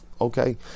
okay